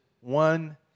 one